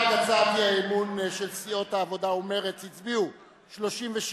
בעד הצעת האי-אמון של סיעות העבודה ומרצ הצביעו 37,